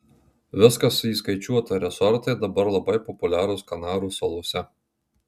viskas įskaičiuota resortai dabar labai populiarūs kanarų salose